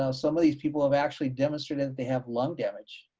ah some of these people have actually demonstrated that they have lung damage,